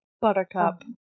Buttercup